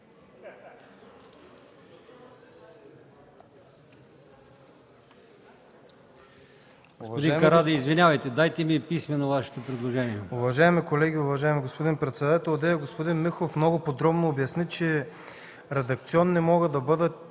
Уважаеми колеги, уважаеми господин председател! Одеве господин Миков много подробно обясни, че редакционни могат да бъдат